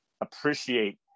appreciate